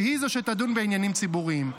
והיא זו שתדון בעניינים ציבוריים.